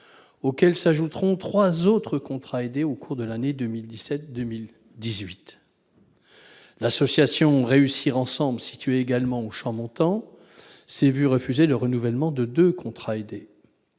auxquels s'ajouteront trois autres contrats aidés au cours de la période 2017-2018. L'association Réussir Ensemble, située également aux Champs-Montants, s'est vu refuser le renouvellement de deux contrats aidés.